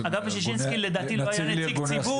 אגב בשישינסקי לדעתי לא היה נציג ציבור